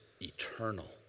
eternal